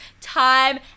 time